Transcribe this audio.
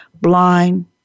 blind